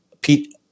Pete